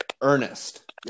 Ernest